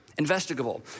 investigable